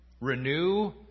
renew